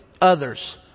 others